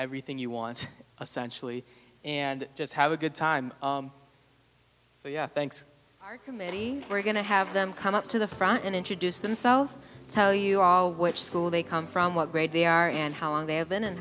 everything you want a sensually and just have a good time yeah thanks committee we're going to have them come up to the front and introduce themselves tell you all which school they come from what grade they are and how long they have been in